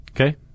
Okay